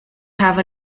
have